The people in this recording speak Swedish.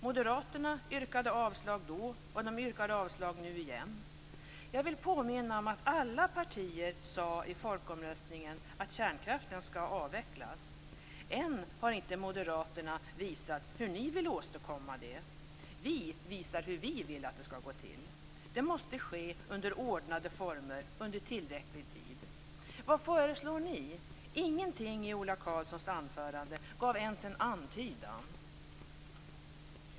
Moderaterna yrkade avslag då, och de yrkar avslag nu igen. Jag vill påminna om att alla partier i folkomröstningen sade att kärnkraften skall avvecklas. Än har inte ni moderater visat hur ni vill åstadkomma detta. Vi visar hur vi vill att det skall gå till. Det måste ske under ordnade former under tillräcklig tid. Vad föreslår ni? Inget i Ola Karlssons anförande gav ens en antydan.